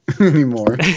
anymore